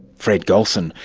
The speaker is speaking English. fred gulson,